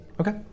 Okay